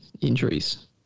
injuries